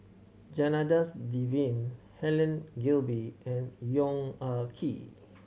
Janadas Devan Helen Gilbey and Yong Ah Kee